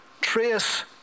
trace